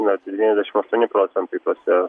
net devyniasdešim aštuoni procentai tose